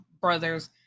brothers